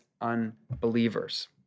unbelievers